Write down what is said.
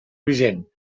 vigent